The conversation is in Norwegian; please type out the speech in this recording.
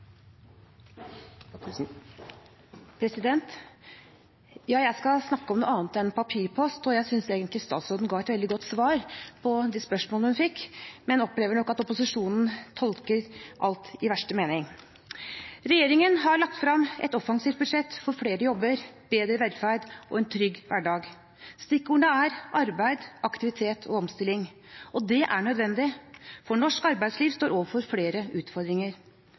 Jeg skal snakke om noe annet enn papirpost, og jeg synes egentlig statsråden ga et veldig godt svar på de spørsmålene hun fikk, men opplever nok at opposisjonen tolker alt i verste mening. Regjeringen har lagt frem et offensivt budsjett for flere jobber, bedre velferd og en trygg hverdag. Stikkordene er arbeid, aktivitet og omstilling. Det er nødvendig, for norsk arbeidsliv står overfor flere utfordringer.